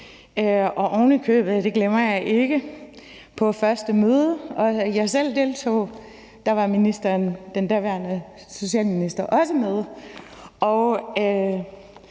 var ovenikøbet, og det glemmer jeg ikke, på første møde, hvor jeg selv deltog, og der var den daværende socialminister også med,